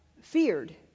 feared